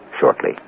shortly